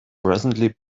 presently